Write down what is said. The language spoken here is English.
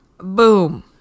Boom